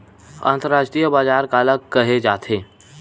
अंतरराष्ट्रीय बजार काला कहे जाथे?